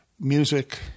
music